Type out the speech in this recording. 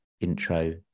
intro